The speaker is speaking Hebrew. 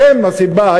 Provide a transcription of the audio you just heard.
אתם הסיבה.